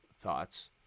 thoughts